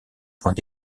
point